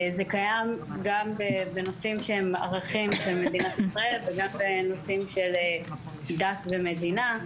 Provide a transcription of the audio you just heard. זה קיים גם בנושאים שהם ערכים של מדינת ישראל וגם בנושאים של דת ומדינה.